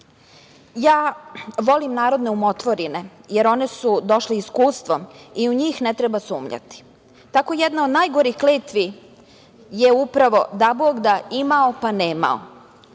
volim narodne umotvorine, jer one su došle iskustvom i u njih ne treba sumnjati. Tako jedna od najgorih kletvi je upravo – Dabogda imao, pa nemao.